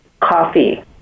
coffee